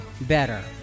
better